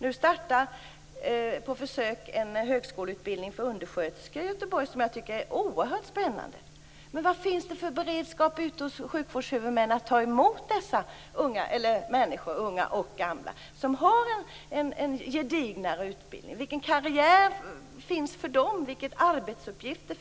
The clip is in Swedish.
Nu startar på försök en högskoleutbildning för undersköterskor i Göteborg som jag tycker är oerhört spännande. Men vad finns det för beredskap hos sjukvårdshuvudmännen att ta emot dessa människor, unga och gamla, som har en gedignare utbildning? Vilken karriär finns för dem, vilka arbetsuppgifter?